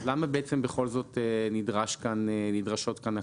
למה בכל זאת נדרשות כאן הקלות?